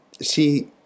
See